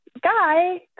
guy